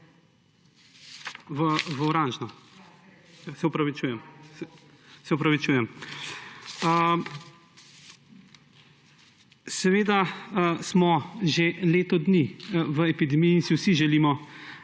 18. 3. Se opravičujem. Seveda smo že leto dni v epidemiji in si vsi želimo,